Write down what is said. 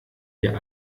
wir